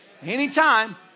Anytime